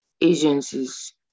agencies